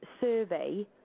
survey